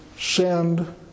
send